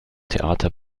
theater